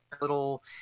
little